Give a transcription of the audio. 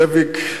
זאביק,